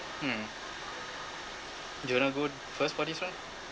hmm you will not go first for this [one]